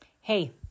Hey